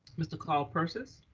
mr. carl persis.